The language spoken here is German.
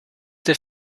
der